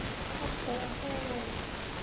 what the heck